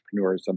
entrepreneurism